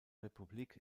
republik